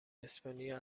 اسپانیا